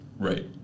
Right